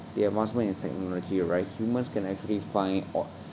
the advancement in technology right humans can actually find al~